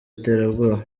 iterabwoba